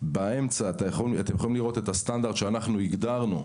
באמצע אתם יכולים לראות את הסטנדרט שאנחנו הגדרנו,